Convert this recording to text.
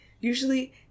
usually